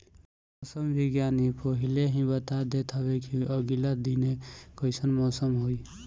मौसम विज्ञानी पहिले ही बता देत हवे की आगिला दिने कइसन मौसम होई